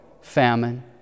famine